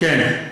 כן.